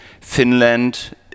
Finland